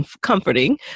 comforting